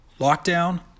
Lockdown